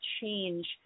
change